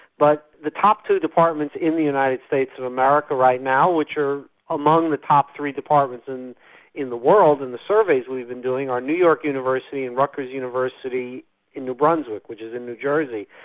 but the top two departments in the united states of america right now, which are among the top three departments in in the world in the surveys we're been doing, are new york university and rutgers university in new brunswick, which is in new jersey.